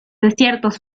desiertos